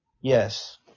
Yes